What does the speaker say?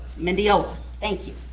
mendiola, thank you.